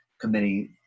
Committee